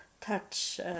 touch